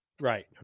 Right